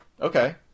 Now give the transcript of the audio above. Okay